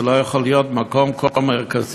זה לא יכול להיות, במקום כה מרכזי,